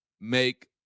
make